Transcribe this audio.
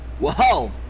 Whoa